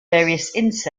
insects